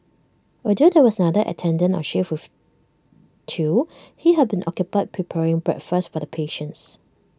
although there was another attendant on shift with Thu he had been occupied preparing breakfast for the patients